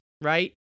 right